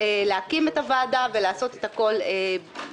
אלא, להקים את הוועדה, ולעשות את הכול במהרה.